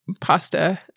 pasta